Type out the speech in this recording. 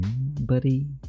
buddy